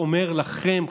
אומר לכם,